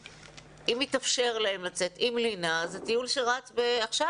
אם יתאפשר להם לצאת עם לינה אז זה טיול של רק עכשיו,